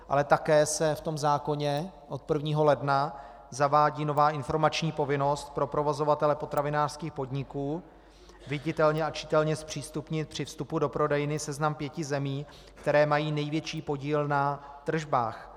Ale také se v tom zákoně od 1. ledna zavádí nová informační povinnost pro provozovatele potravinářských podniků viditelně a čitelně zpřístupnit při vstupu do prodejny seznam pěti zemí, které mají největší podíl na tržbách.